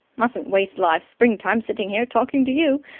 mustn't waste life's springtime sitting here talking to you.